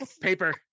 Paper